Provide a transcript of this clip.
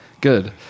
good